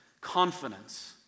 confidence